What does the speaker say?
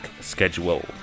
schedule